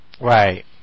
Right